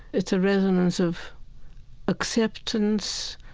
it's a resonance of acceptance,